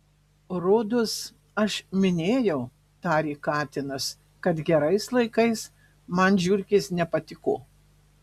rodos aš minėjau tarė katinas kad gerais laikais man žiurkės nepatiko